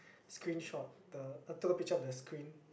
screenshot the I took a picture of the screen